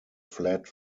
fled